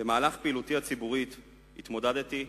במהלך פעילותי הציבורית התמודדתי,